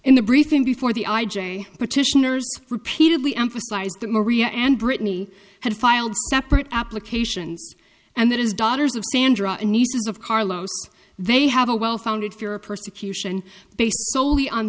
in the briefing before the i j a petitioners repeatedly emphasized that maria and brittany had filed separate applications and that is daughters of sandra and nieces of carlos they have a well founded fear of persecution based solely on